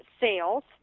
sales